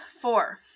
four